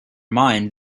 mind